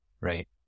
right